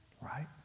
Right